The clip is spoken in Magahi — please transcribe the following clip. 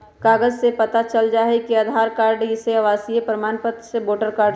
कागज से पता चल जाहई, आधार कार्ड से, आवासीय प्रमाण पत्र से, वोटर कार्ड से?